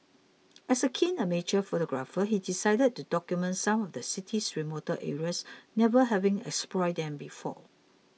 as a keen amateur photographer he decided to document some of the city's remoter areas never having explored them before